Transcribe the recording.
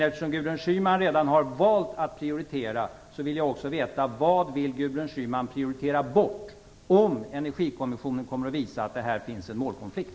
Eftersom Gudrun Schyman redan har valt att prioritera, vill jag också veta vad hon vill prioritera bort om energikommissionen kommer att visa att det här finns en målkonflikt.